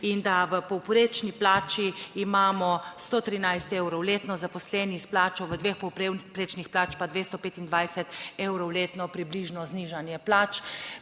in da v povprečni plači imamo 113 evrov letno, zaposleni s plačo v dveh povprečnih plač pa 225 evrov letno približno znižanje plač.